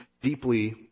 deeply